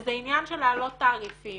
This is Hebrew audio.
וזה עניין של להעלות תעריפים.